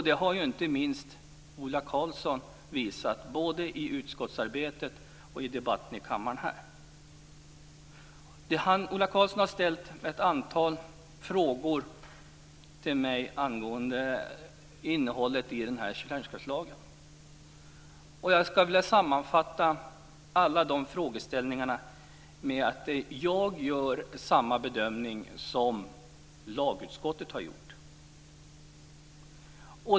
Det har inte minst Ola Karlsson visat, både i utskottsarbetet och i debatten i kammaren. Ola Karlsson har ställt ett antal frågor till mig angående innehållet i kärnkraftslagen. Jag skulle vilja sammanfatta mitt svar på alla de frågorna med att säga att jag gör samma bedömning som lagutskottet.